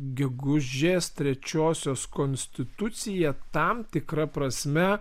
gegužės trečiosios konstitucija tam tikra prasme